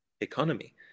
economy